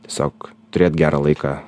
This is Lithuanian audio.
tiesiog turėt gerą laiką